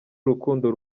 urukundo